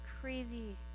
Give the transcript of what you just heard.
crazy